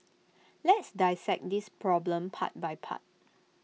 let's dissect this problem part by part